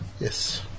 yes